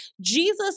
Jesus